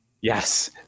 Yes